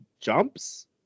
jumps